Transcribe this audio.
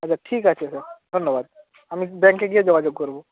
আচ্ছা ঠিক আছে স্যার ধন্যবাদ আমি ব্যাংকে গিয়ে যোগাযোগ করব